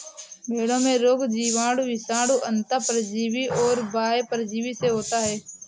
भेंड़ों में रोग जीवाणु, विषाणु, अन्तः परजीवी और बाह्य परजीवी से होता है